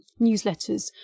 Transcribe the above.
newsletters